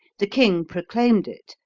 the king proclaimed it,